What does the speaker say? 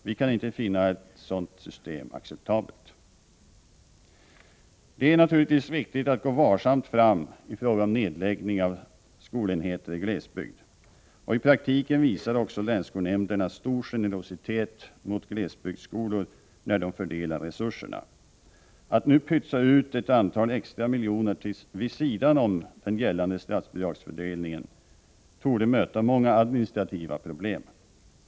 Vi kan inte finna ett sådant system acceptabelt. Det är naturligtvis viktigt att gå varsamt fram i fråga om nedläggning av skolenheter i glesbygd. I praktiken visar också länsskolnämnderna stor generositet mot glesbygdsskolor när de fördelar resurserna. Att nu pytsa ut ett antal extra miljoner vid sidan om den gällande statsbidragsfördelningen torde möta många administrativa problem.